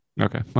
Okay